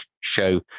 show